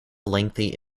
lengthy